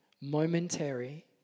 momentary